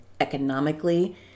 economically